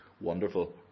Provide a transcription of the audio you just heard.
wonderful